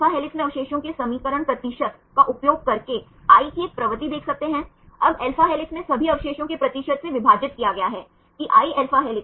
छात्र 15 सही आप देख सकते हैं कि आप वृद्धि की गणना कर सकते हैं 54 को 36 से विभाजित किया गया है यह 15 Å के बराबर है